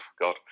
god